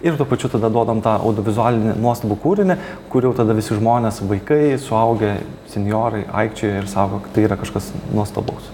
ir tuo pačiu tada duodam tą audiovizualinį nuostabų kūrinį kur jau tada visi žmonės vaikai suaugę senjorai aikčioja ir sako kad tai yra kažkas nuostabaus